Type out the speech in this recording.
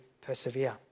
persevere